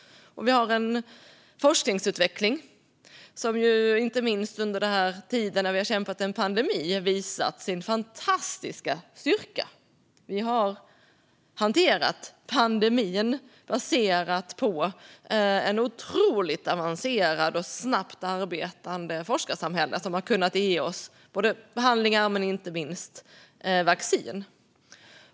Vi har en forskningsutveckling som inte minst under pandemin har visat sin styrka. Vi har hanterat pandemin baserat på ett otroligt avancerat och snabbt arbetande forskarsamhälle som har kunnat ge oss både behandlingar och vaccin.